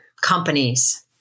companies